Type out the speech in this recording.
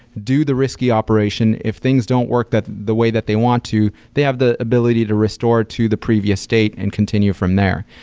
do the risky operation. if things don't work the way that they want to, they have the ability to restore to the previous state and continue from there.